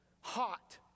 Hot